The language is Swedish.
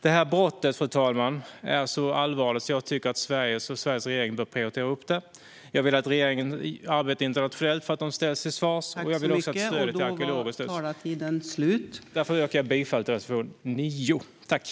Detta brott, fru talman, är så allvarligt att jag tycker att Sverige och Sveriges regering bör prioritera det. Jag vill att regeringen arbetar internationellt för att terrororganisationen ska ställas till svars, och jag vill att stödet till arkeologer ökas. Därför yrkar jag bifall till reservation 9.